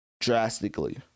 drastically